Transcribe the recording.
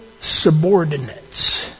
subordinates